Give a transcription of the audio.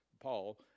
Paul